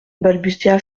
balbutia